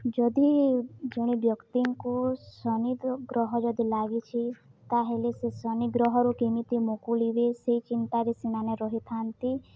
ଯଦି ଜଣେ ବ୍ୟକ୍ତିଙ୍କୁ ଶନି ଗ୍ରହ ଯଦି ଲାଗିଛି ତାହେଲେ ସେ ଶନି ଗ୍ରହରୁ କେମିତି ମକୁଳିବେ ସେଇ ଚିନ୍ତାରେ ସେମାନେ ରହିଥାନ୍ତି